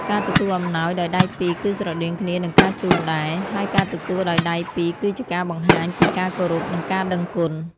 ការទទួលអំណោយដោយដៃពីរ គឺស្រដៀងគ្នានឹងការជូនដែរ ហើយការទទួលដោយដៃពីរគឺជាការបង្ហាញ ពីការគោរព និងការដឹងគុណ។